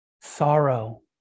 sorrow